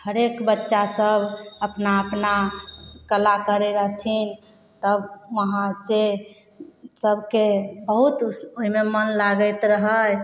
हरेक बच्चा सब अपना अपना कला करै रहथिन तब वहाँ से सबके बहुत ओहिमे मन लागैत रहै